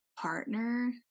partner